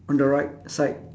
on the right side